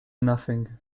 nothing